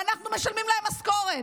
ואנחנו משלמים להם משכורת.